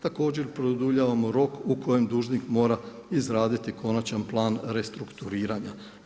Također produljavamo rok u kojem dužnik mora izraditi konačan plan restrukturiranja.